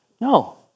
no